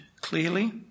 clearly